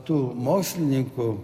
tų mokslininkų